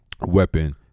weapon